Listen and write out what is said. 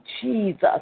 Jesus